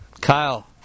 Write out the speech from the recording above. Kyle